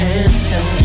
answer